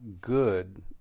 good